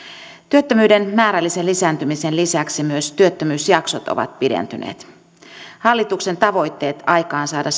työttömyyden määrällisen lisääntymisen lisäksi myös työttömyysjaksot ovat pidentyneet hallituksen tavoitteet aikaansaada